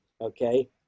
okay